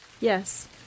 Yes